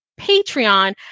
Patreon